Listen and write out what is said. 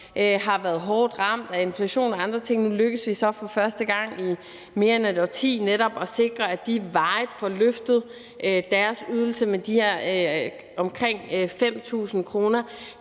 har været hårdt ramt af inflation og andre ting. Nu lykkes det så for første gang i mere end et årti netop at sikre, at de varigt får løftet deres ydelse med de her omkring 5.000 kr.